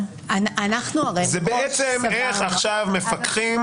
אנחנו הרי מראש סברנו --- זה בעצם על איך עכשיו מפקחים,